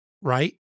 right